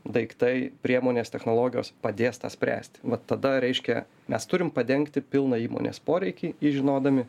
daiktai priemonės technologijos padės tą spręsti vat tada reiškia mes turim padengti pilną įmonės poreikį į žinodami